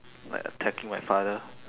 like attacking my father